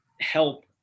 help